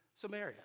Samaria